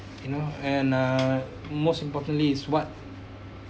you know and uh most importantly is what